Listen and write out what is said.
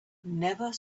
never